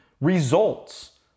results